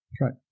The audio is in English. right